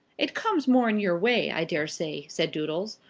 it comes more in your way, i daresay, said doodles.